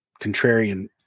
contrarian